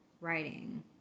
writing